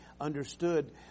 understood